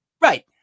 Right